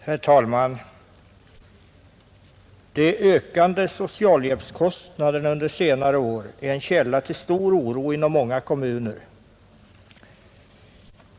Herr talman! De under senare år ökande socialhjälpskostnaderna är en källa till stor oro inom många kommuner.